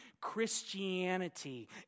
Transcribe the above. Christianity